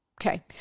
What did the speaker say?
Okay